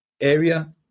area